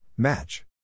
Match